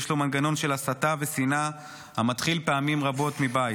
יש לו מנגנון של הסתה ושנאה המתחיל פעמים רבות מבית.